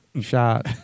shot